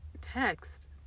Text